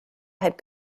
had